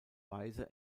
weise